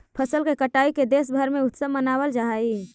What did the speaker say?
फसल के कटाई के देशभर में उत्सव मनावल जा हइ